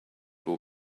will